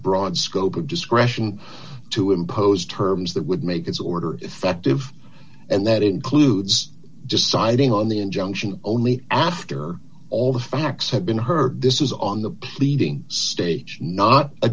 broad scope of discretion to impose terms that would make its order effective and that includes deciding on the injunction only after all the facts have been heard this is on the pleading stage not a